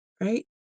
right